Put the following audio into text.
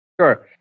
Sure